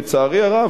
לצערי הרב,